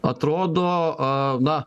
atrodo a na